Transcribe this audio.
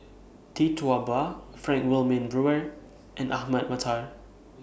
Tee Tua Ba Frank Wilmin Brewer and Ahmad Mattar